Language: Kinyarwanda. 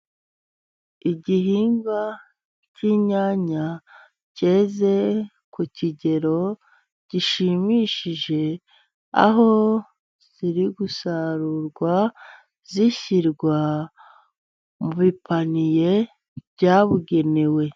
Igihingwa cy'inyanya cyeze ku kigero gishimishije, aho ziri gusarurwa zishyirwa mu bipaniye byabugenewe.